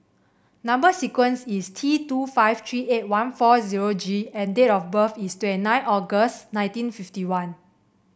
number sequence is T two five three eight one four zero G and date of birth is twenty nine August nineteen fifty one